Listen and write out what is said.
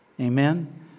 Amen